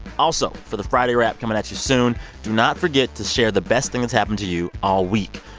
also, for the friday wrap coming at you soon do not forget to share the best thing that's happened to you all week.